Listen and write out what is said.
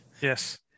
Yes